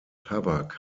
tabak